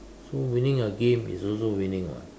so winning a game is also winning [what]